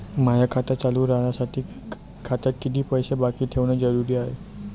माय खातं चालू राहासाठी खात्यात कितीक पैसे बाकी ठेवणं जरुरीच हाय?